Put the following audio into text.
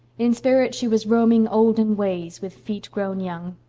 in spirit she was roaming olden ways, with feet grown young.